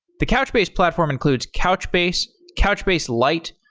the couchbase platform includes couchbase, couchbase lite,